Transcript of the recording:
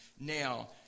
now